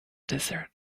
desert